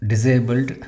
Disabled